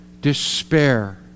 despair